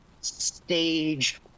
stage